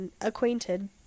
acquainted